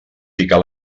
ficar